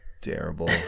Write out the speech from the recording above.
terrible